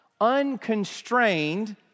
Unconstrained